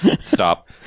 Stop